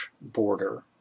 border